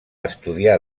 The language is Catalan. estudiar